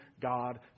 God